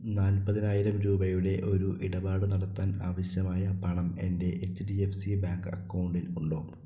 നാൽപ്പതിനായിരം രൂപയുടെ ഒരു ഇടപാട് നടത്താൻ ആവശ്യമായ പണം എൻ്റെ H D F C bank അക്കൗണ്ടിൽ ഉണ്ടോ